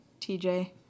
TJ